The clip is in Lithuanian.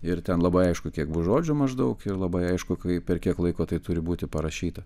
ir ten labai aišku kiek bus žodžių maždaug ir labai aišku kai per kiek laiko tai turi būti parašyta